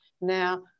now